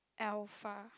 alpha